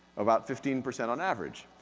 about fifteen percent on average.